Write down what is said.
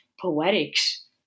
poetics